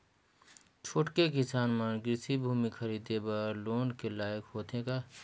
छोटके किसान मन कृषि भूमि खरीदे बर लोन के लायक होथे का?